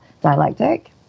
dialectic